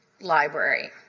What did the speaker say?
library